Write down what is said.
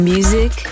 Music